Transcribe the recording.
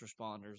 responders